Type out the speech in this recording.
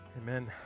Amen